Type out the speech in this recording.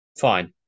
Fine